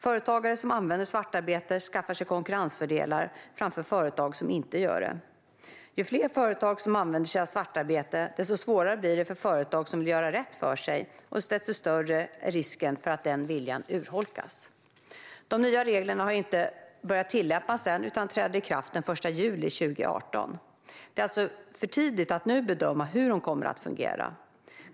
Företagare som använder svartarbete skaffar sig konkurrensfördelar framför företag som inte gör det. Ju fler företag som använder sig av svartarbete, desto svårare blir det för företag som vill göra rätt för sig och desto större blir risken för att den viljan urholkas. De nya reglerna har inte börjat tillämpas än utan träder i kraft den 1 juli 2018. Det är alltså för tidigt att nu bedöma hur de kommer att fungera.